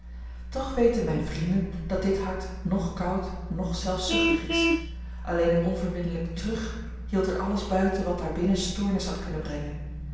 toch weten mijne vrienden dat dit hart noch koud noch zelfzuchtig is alleen het onverbiddelijk terug hield er alles buiten wat daar binnen stoornis had kunnen brengen